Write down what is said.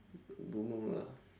don't know lah